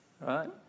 Right